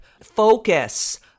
focus